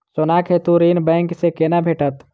सोनाक हेतु ऋण बैंक सँ केना भेटत?